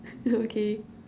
okay